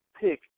pick